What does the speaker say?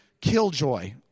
killjoy